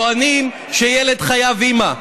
טוענים שילד חייב אימא.